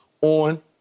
on